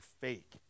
fake